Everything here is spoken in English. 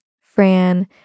Fran